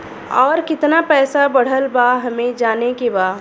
और कितना पैसा बढ़ल बा हमे जाने के बा?